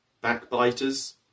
backbiters